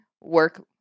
work